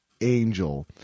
Angel